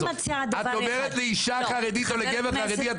את אומרת לאישה חרדית או לגבר חרדי,